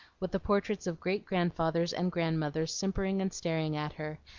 with the portraits of great grandfathers and grandmothers simpering and staring at her,